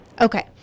Okay